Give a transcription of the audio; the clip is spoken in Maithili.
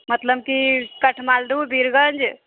मतलब कि काठमांडू वीरगंज